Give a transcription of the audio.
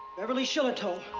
beverly shillitoe.